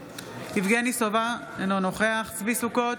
יבגני סובה, אינו נוכח צבי ידידיה סוכות,